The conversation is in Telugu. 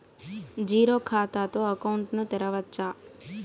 జీరో ఖాతా తో అకౌంట్ ను తెరవచ్చా?